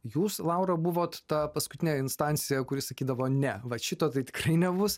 jūs laura buvot ta paskutinė instancija kuri sakydavo ne vat šito tai tikrai nebus